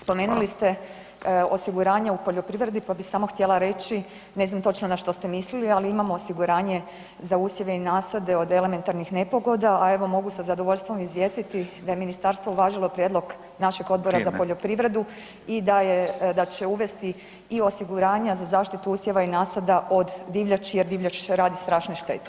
Spomenuli ste osiguranje u poljoprivredi pa bi samo htjela reći, ne znam točno na što ste mislili ali imamo osiguranje za usjeve i nasade od elementarnih nepogoda a evo mogu sa zadovoljstvom izvijestiti da je ministarstvo uvažilo prijedlog našeg Odbora za poljoprivredu [[Upadica Radin: Vrijeme.]] i da će uvesti i osiguranje za zaštitu usjeva i nasada od divljači jer divljač radi strašne štete.